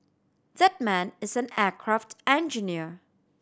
that man is an aircraft engineer